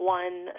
one